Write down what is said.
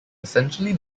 essentially